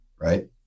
right